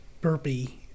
burpee